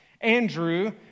Andrew